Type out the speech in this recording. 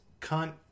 cunt